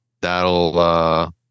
that'll